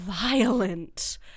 violent